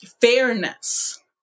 fairness